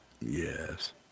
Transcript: yes